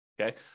okay